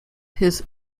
his